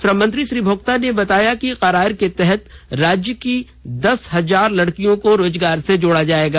श्रम मंत्री श्री भोक्ता ने बताया कि करार के तहत राज्य की दस हजार लड़कियों को रोजगार से जोड़ा जायेगा